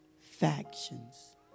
factions